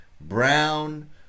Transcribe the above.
brown